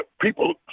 people